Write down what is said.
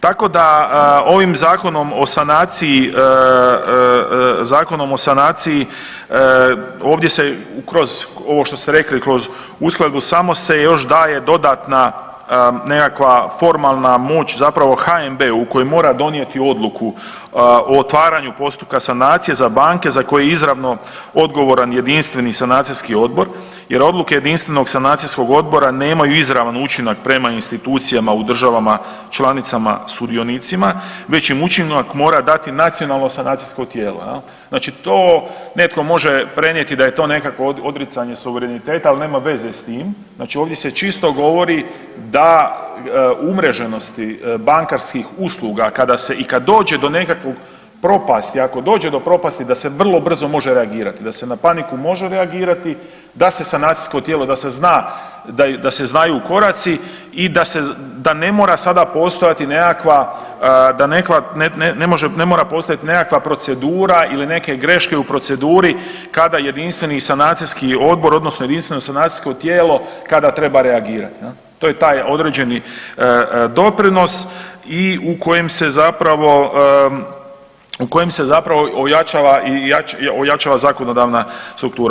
Tako da ovim Zakonom o sanaciji ovdje se kroz ovo što ste rekli, kroz uskladu, samo se još daje dodatna nekakva formalna moć zapravo HNB-u u kojem morati donijeti odluku o otvaranju postupka sanacije za banke za koje je izravno odgovoran jedinstveni sanacijski odbor jer odluke jedinstvenog sanacijskog odbora ne maju izravan učinak prema institucijama u državama članicama sudionicima već im učinak mora dati nacionalno sanacijsko tijelo, jel, znači to netko može prenijeti da je to nekakvo odricanje suvereniteta ali nema veze s tim, znači ovdje se čisto govori da umreženosti bankarskih usluga kada se i kad dođe do nekakve propasti, ako dođe do propasti da se vrlo brzo može reagirati, da se na paniku može reagirati, da se sanacijsko tijelo da se znaju koraci i da ne mora sada postojati nekakva, da ne mora postojati nekakva procedura ili neke greške u pro9ceduti kada jedinstveni sanacijski odbor odnosno jedinstveni sanacijsko tijelo kada treba reagirati, jel, to je taj određeni doprinos i u kojem se zapravo ojačava i zakonodavna struktura.